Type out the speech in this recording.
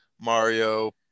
Mario